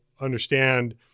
understand